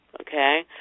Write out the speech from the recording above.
Okay